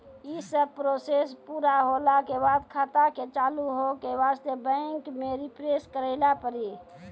यी सब प्रोसेस पुरा होला के बाद खाता के चालू हो के वास्ते बैंक मे रिफ्रेश करैला पड़ी?